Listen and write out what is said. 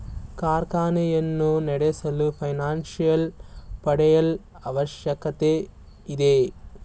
ಕಾರ್ಖಾನೆಯನ್ನು ನಡೆಸಲು financial model ಅವಶ್ಯಕತೆ ಇದೆ